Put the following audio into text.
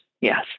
Yes